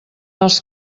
els